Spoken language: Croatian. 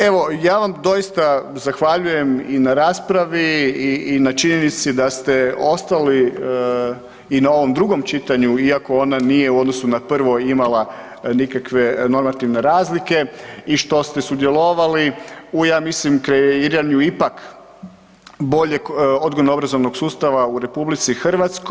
Evo, ja vam doista zahvaljujem i na raspravi i na činjenici da ste ostali i na ovom drugom čitanju iako ona nije u odnosu na prvo imala nikakve normativne razlike i što ste sudjelovali u ja mislim kreiranju ipak boljeg odgojno-obrazovnog sustava u RH.